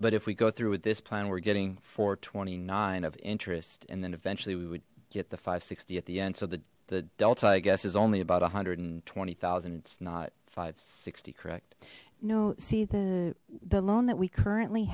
but if we go through with this plan we're getting four twenty nine of interest and then eventually we would get the five sixty at the end so the the delta i guess is only about a hundred and twenty thousand it's not five sixty correct no see the the loan that we currently